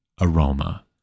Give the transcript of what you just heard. aroma